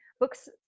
Books